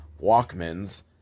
Walkmans